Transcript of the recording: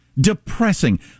Depressing